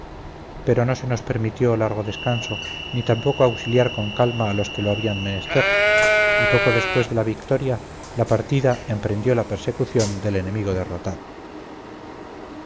pero no se nos permitió largo descanso ni tampoco auxiliar con calma a los que lo habían menester y poco después de la victoria la partida emprendió la persecución del enemigo derrotado